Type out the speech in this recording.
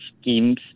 schemes